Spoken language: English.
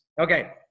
Okay